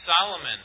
Solomon